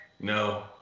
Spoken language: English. No